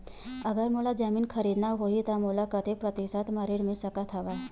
अगर मोला जमीन खरीदना होही त मोला कतेक प्रतिशत म ऋण मिल सकत हवय?